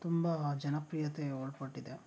ತುಂಬ ಜನಪ್ರಿಯತೆ ಒಳಪಟ್ಟಿದೆ